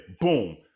Boom